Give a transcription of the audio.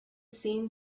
seemed